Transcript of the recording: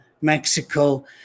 mexico